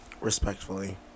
Respectfully